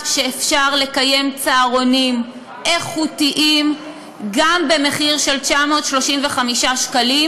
שאפשר לקיים צהרונים איכותיים גם במחיר של 935 שקלים,